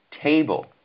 table